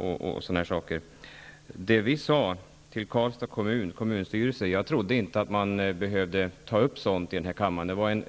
När vi talade med Karlstads kommunstyrelse hade vi en intern överläggning med arbetsutskottet. Jag trodde inte att man behövde ta upp sådant här i kammaren.